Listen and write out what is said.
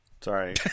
Sorry